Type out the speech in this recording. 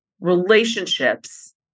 relationships